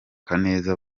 neza